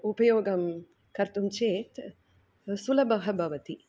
उपयोगः कर्तुं चेत् सुलभः भवति